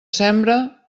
sembra